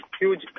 huge